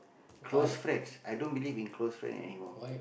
close friends i don't believe in close friend anymore